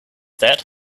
that